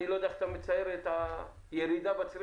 ואני לא יודע איך אתה מצייר את הירידה בצריכה.